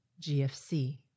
GFC